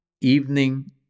evening